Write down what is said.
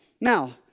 Now